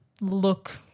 look